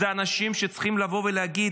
אנשים שצריכים לבוא ולהגיד